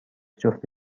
جفت